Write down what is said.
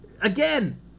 again